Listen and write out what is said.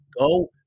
go